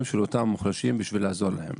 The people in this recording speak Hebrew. של אותם מוחלשים בשביל לעזור להם.